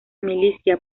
milicia